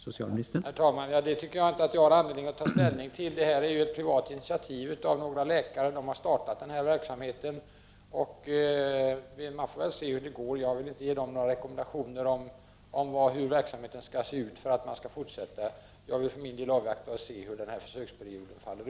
Herr talman! Det anser jag att jag inte har anledning att ta ställning till. Detta är ju ett privat initiativ — några läkare har startat denna verksamhet. Jag vill inte ge några rekommendationer om hur denna verksamhet skall se ut för att få fortsätta. Jag vill för min del avvakta hur försöksperioden utfaller.